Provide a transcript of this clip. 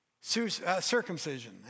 circumcision